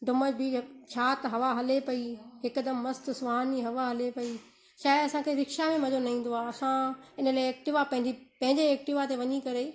Dumas beach छा त हवा हले पई हिकदमि मस्तु सुहानी हवा हले पई छा आहे असांखे रिक्शा में मज़ो न ईंदो आहे छा असां इन लाइ एक्टिवा पंहिंजी पंहिंजे एक्टिवा ते वञी करे